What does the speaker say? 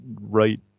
right